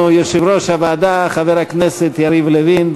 יושב-ראש הוועדה חבר הכנסת יריב לוין.